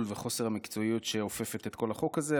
וחוסר המקצועיות שאופפים את כל החוק הזה,